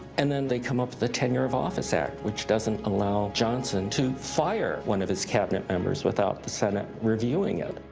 and then they come up with the tenure of office act, which doesn't allow johnson to fire one of his cabinet members without the senate reviewing it.